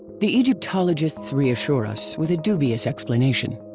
the egyptologists reassure us with a dubious explanation.